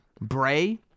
Bray